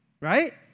right